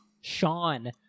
Sean